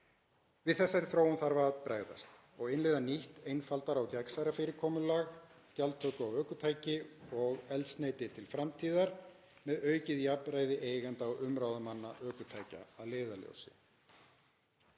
Við þessari þróun þarf að bregðast og innleiða nýtt, einfaldara og gagnsærra fyrirkomulag um gjaldtöku á ökutæki og eldsneyti til framtíðar með aukið jafnræði eiganda og umráðamanna ökutækja að leiðarljósi.